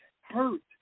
hurt